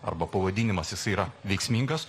arba pavadinimas jisai yra veiksmingas